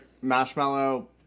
marshmallow